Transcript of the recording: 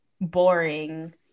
boring